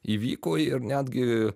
įvyko ir netgi